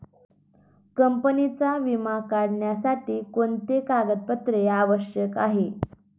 कंपनीचा विमा काढण्यासाठी कोणते कागदपत्रे आवश्यक आहे?